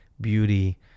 beauty